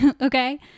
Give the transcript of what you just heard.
okay